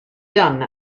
done